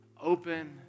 open